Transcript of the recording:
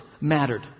mattered